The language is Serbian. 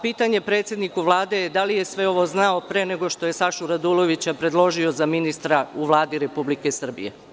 Pitanje predsedniku Vlade je da li je sve ovo znao pre nego što je Sašu Radulovića predložio za ministra u Vladi Republike Srbije?